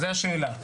זה השאלה.